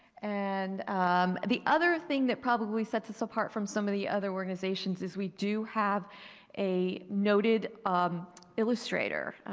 and um the other thing that probably sets us apart from some of the other organizations is we do have a noted um illustrator.